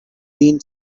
been